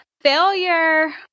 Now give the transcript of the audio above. failure